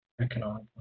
Economic